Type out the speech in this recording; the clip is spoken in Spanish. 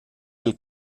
del